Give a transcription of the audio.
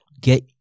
get